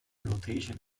rotation